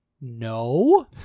no